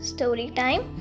Storytime